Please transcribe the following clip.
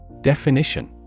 Definition